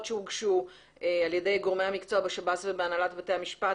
שהוגשו על ידי גורמי המקצוע בשב"ס ובהנהלת בתי המשפט